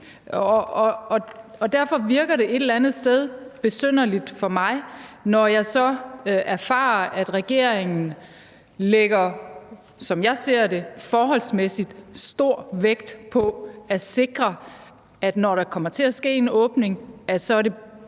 Derfor virker det et eller andet sted besynderligt for mig, når jeg så erfarer, at regeringen, som jeg ser det, lægger forholdsmæssig stor vægt på at sikre, at når der kommer til at ske en åbning, er det